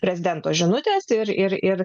prezidento žinutės ir ir ir